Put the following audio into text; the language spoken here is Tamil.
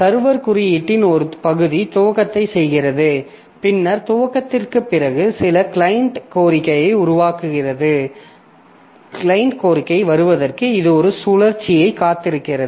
சர்வர் குறியீட்டின் ஒரு பகுதி துவக்கத்தை செய்கிறது பின்னர் துவக்கத்திற்குப் பிறகு சில கிளையன்ட் கோரிக்கை வருவதற்கு இது ஒரு சுழற்சியில் காத்திருக்கிறது